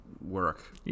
work